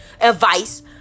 advice